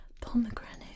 pomegranate